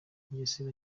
mugesera